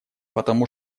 потому